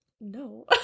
no